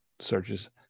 searches